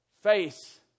face